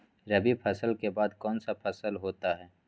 रवि फसल के बाद कौन सा फसल होता है?